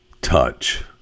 touch